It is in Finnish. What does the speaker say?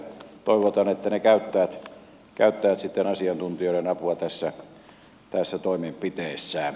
toivotaan että he käyttävät sitten asiantuntijoiden apua näissä toimenpiteissään